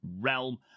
realm